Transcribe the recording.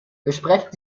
besprechen